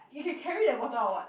you can carry that bottle or what